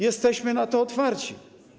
jesteśmy na to otwarci.